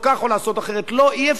לא, אי-אפשר לעשות כלום.